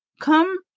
Come